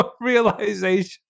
realization